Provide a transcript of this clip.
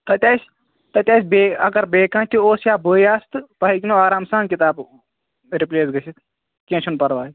تَتہِ آسہِ تَتہِ آسہِ بیٚیہِ اگر بییٚہِ کانٛہہ تہِ اوس یا بٕے آسہٕ تہٕ تۄہہِ ہیٚکِوٕ آرام سان کِتابہٕ رِپلیس گٔژھِتھ کیٚنٛہہ چھُنہٕ پَرواے